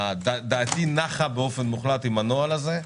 דעתי אינה נוחה באופן מוחלט עם הנוהל הזה,